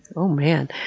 oh man,